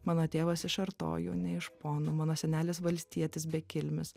mano tėvas iš artojų ne iš ponų mano senelis valstietis bekilmis